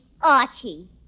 Archie